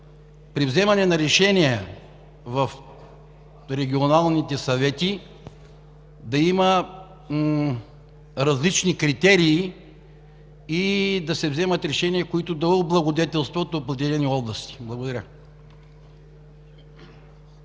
при вземане на решения в регионалните съвети да има различни критерии и да се вземат решения, които да облагодетелстват определени области? Благодаря.